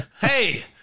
Hey